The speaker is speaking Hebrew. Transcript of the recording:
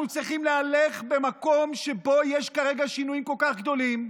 אנחנו צריכים להלך במקום שבו יש כרגע שינויים כל כך גדולים,